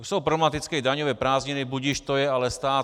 Jsou problematické daňové prázdniny, budiž, to je ale stát.